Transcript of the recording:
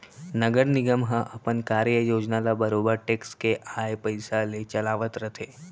नगर निगम ह अपन कार्य योजना ल बरोबर टेक्स के आय पइसा ले चलावत रथे